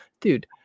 Dude